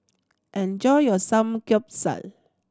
enjoy your Samgyeopsal